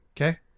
Okay